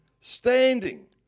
standing